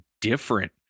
different